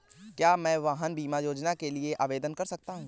क्या मैं वाहन बीमा योजना के लिए आवेदन कर सकता हूँ?